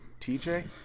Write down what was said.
TJ